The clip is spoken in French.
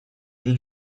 dieu